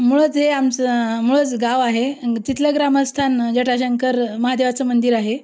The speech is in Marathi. मूळच हे आमचं मूळच गाव आहे ग् तिथलं ग्रामस्थान जटाशंकर महादेवाचं मंदिर आहे